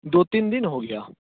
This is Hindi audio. दो तीन दिन हो गया